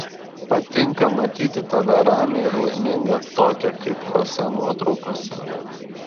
patinka matyti tave ramią ir laimingą tokią kaip chosė nuotraukose